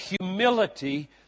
humility